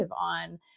on